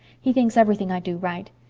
he thinks everything i do right.